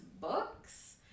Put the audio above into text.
books